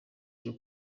cyo